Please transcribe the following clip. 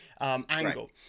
angle